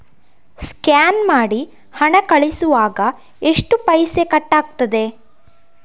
Scan ಮಾಡಿ ಹಣ ಕಳಿಸುವಾಗ ಎಷ್ಟು ಪೈಸೆ ಕಟ್ಟಾಗ್ತದೆ?